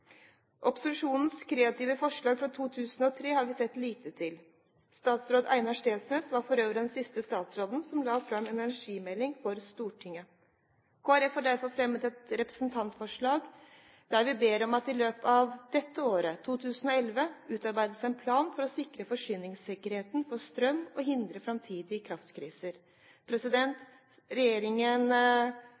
Opposisjonens kreative forslag fra 2003 har vi sett lite til. Einar Steensnæs var for øvrig den siste statsråden som la fram en energimelding for Stortinget. Kristelig Folkeparti har derfor fremmet et representantforslag der vi ber om at det i løpet av dette året, 2011, utarbeides en plan for å sikre forsyningssikkerheten for strøm og hindre framtidige kraftkriser. Regjeringen